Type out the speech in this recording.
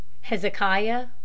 Hezekiah